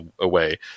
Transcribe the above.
away